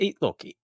Look